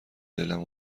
دلم